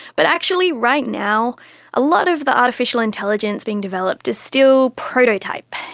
but actually right now a lot of the artificial intelligence being developed is still prototype.